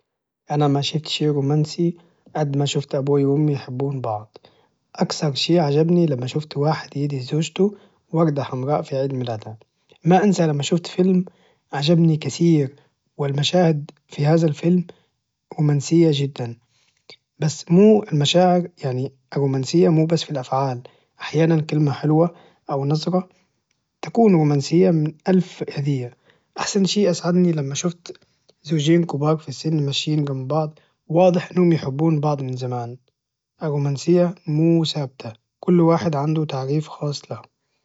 أنا ماشفت شي رومانسي أد ماشفت أبوي وأمي يحبون بعض أكثر شي عجبني لما شفت واحد يدي زوجته وردة حمراء في عيد ميلادها ما أنسى لما شوفت فيلم عجبني كثير والمشاهد في هذا الفيلم رومانسية جدا بس مو المشاعر يعني رومانسية مو بس في الأفعال أحيانا كلمة حلوة أو نظرة تكون رومانسية من ألف هدية أحسن شي أسعدني لما شفت زوجين كبار في السن ماشيين جنب بعض واضح إنهم يحبون بعض من زمان الرومانسية مو ثابتة كل واحد عنده تعريف خاص لها